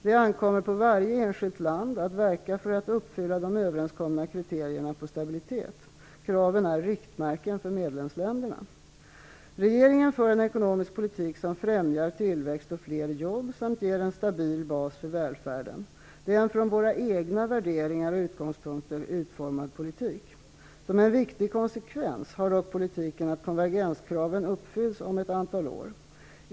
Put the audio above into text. Det ankommer på varje enskilt land att verka för att uppfylla de överenskomna kriterierna på stabilitet. Kraven är riktmärken för medlemsländerna. Regeringen för en ekonomisk politik som främjar tillväxt och fler jobb samt ger en stabil bas för välfärden. Det är en från våra egna värderingar och utgångspunkter utformad politik. Som en viktig konsekvens har dock politiken att konvergenskraven uppfylls om ett antal år.